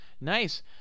Nice